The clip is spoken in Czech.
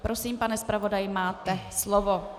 Prosím, pane zpravodaji, máte slovo.